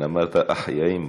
כן, אמרת "אח, יא אימא".